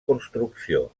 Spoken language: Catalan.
construcció